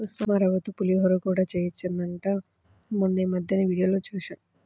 ఉప్మారవ్వతో పులిహోర కూడా చెయ్యొచ్చంట మొన్నీమద్దెనే వీడియోలో జూశా